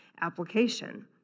application